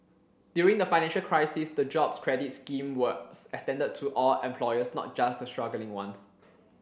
during the financial crisis the Jobs Credit scheme was extended to all employers not just the struggling ones